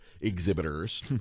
exhibitors